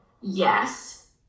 Yes